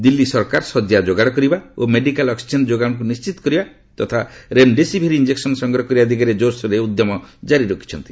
ଦିଲ୍ଲୀ ସରକାର ଶଯ୍ୟା ଯୋଗାଡ଼ କରିବା ଓ ମେଡିକାଲ୍ ଅକ୍ଟିଜେନ୍ ଯୋଗାଣକୁ ନିଣ୍ଟିତ କରିବା ତଥା ରେମ୍ଡେସିଭିର୍ ଇଞ୍ଜକ୍ସନ୍ ସଂଗ୍ରହ କରିବା ଦିଗରେ କୋର୍ସୋରରେ ଉଦ୍ୟମ ଜାରି ରଖିଛନ୍ତି